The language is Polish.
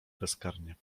bezkarnie